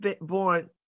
born